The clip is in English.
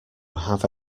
have